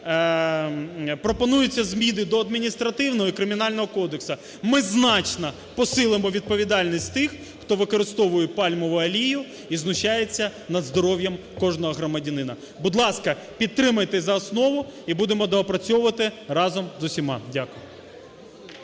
пропонуються зміни до Адміністративного і Кримінального кодексу. Ми значно посилимо відповідальність тих, хто використовує пальмову олію і знущається над здоров'ям кожного громадянина. Будь ласка, підтримайте за основу і будемо доопрацьовувати разом з усіма. Дякую.